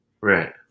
Right